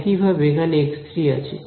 একইভাবে এখানে x3 আছে